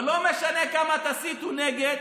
ולא משנה כמה תסיתו נגד,